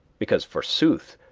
because, forsooth,